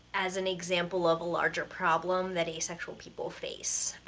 as an example of a larger problem that asexual people face.